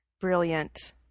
Brilliant